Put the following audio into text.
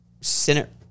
senate